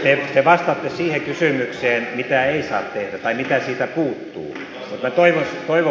te vastaatte siihen kysymykseen mitä ei saa tehdä tai mitä siitä puuttuu